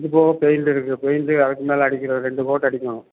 இது போக பெயிண்ட் இருக்குது பெயிண்ட்டு அதுக்கு மேலே அடிக்கிற ரெண்டு கோட் அடிக்கணும்